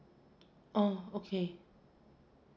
oh okay